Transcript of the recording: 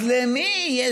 אז למי יהיה